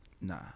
Nah